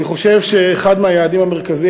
אני חושב שאחד מהיעדים המרכזיים,